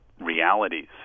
realities